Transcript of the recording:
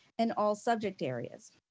and all subject areas.